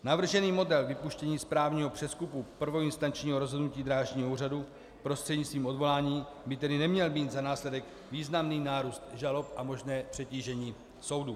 Navržený model vypuštění správního přezkumu prvoinstančního rozhodnutí Drážního úřadu prostřednictvím odvolání by tedy neměl mít za následek významný nárůst žalob a možné přetížení soudů.